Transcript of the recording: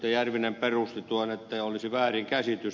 järvinen perusti tuon että olisi väärinkäsitys